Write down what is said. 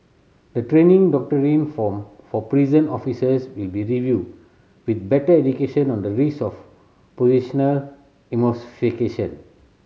the training doctrine for for prison officers will be reviewed with better education on the risk of positional